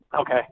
Okay